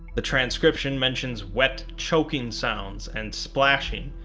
the transcription mentions wet choking sounds and splashing,